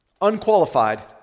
Unqualified